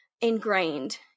ingrained